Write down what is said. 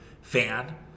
fan